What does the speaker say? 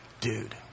dude